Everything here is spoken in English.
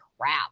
crap